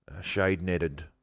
shade-netted